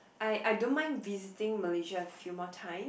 I I don't mind visiting Malaysia a few more times